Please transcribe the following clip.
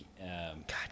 God